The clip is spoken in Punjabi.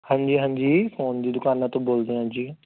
ਹਾਂਜੀ ਹਾਂਜੀ ਫੋਨ ਦੀ ਦੁਕਾਨਾਂ ਤੋਂ ਬੋਲਦੇ ਹਾਂ ਜੀ